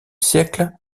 siècle